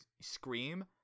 scream